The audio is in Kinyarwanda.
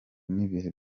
n’ibihe